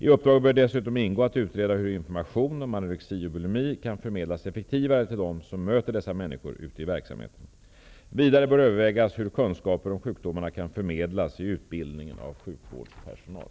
I uppdraget bör dessutom ingå att utreda hur information om anorexi och bulimi kan förmedlas effektivare till dem som möter dessa människor ute i verksamheten. Vidare bör övervägas hur kunskaper om sjukdomarna kan förmedlas i utbildningen av sjukvårdspersonal.